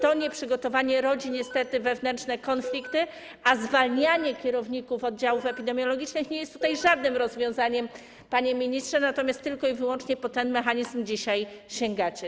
To nieprzygotowanie rodzi niestety wewnętrzne konflikty, a zwalnianie kierowników oddziałów epidemiologicznych nie jest tutaj żadnym rozwiązaniem, panie ministrze, natomiast tylko i wyłącznie po ten mechanizm dzisiaj sięgacie.